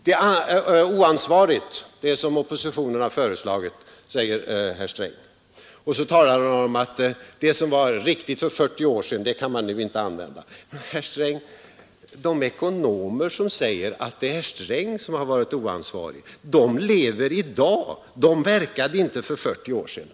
”Det är oansvarigt, det som oppositionen har föreslagit”, säger herr Sträng, och då talar han om att det som var riktigt för 40 år sedan kan man nu inte använda. Men, herr Sträng, de ekonomer som säger att det är herr Sträng som har varit oansvarig lever i dag, de verkade inte för 40 år sedan.